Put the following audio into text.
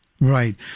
Right